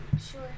Sure